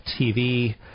TV